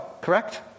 correct